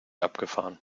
abgefahren